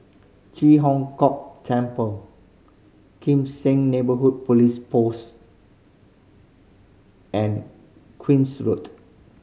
Ji Hong Kok Temple Kim Seng Neighbourhood Police Post and Queen's Road